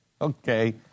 Okay